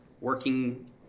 working